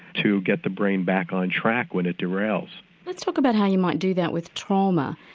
to get the brain back on track when it derails. let's talk about how you might do that with trauma.